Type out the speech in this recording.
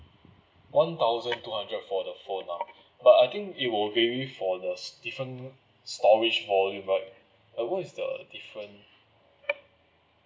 one thousand two hundred for the phone lah but I think it will vary for the difference storage volume right uh what is the different